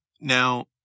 Now